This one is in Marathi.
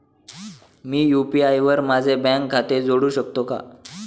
मी यु.पी.आय वर माझे बँक खाते जोडू शकतो का?